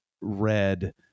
read